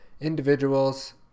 individuals